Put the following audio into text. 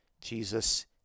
Jesus